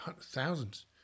thousands